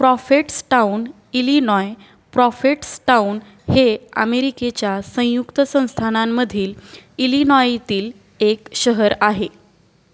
Prophetstown Illinois Prophetstown हे अमेरिकेच्या संयुक्त संस्थानांमधील इलिनॉयतील एक शहर आहे